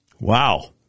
Wow